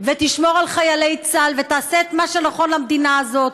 ותשמור על חיילי צה"ל ותעשה את מה שנכון למדינה הזאת,